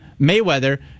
Mayweather